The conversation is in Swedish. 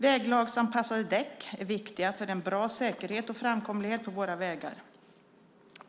Väglagsanpassade däck är viktiga för en bra säkerhet och framkomlighet på våra vägar.